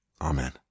Amen